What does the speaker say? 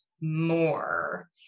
more